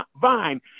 vine